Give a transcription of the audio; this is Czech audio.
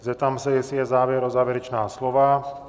Zeptám se, jestli je zájem o závěrečná slova.